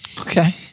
Okay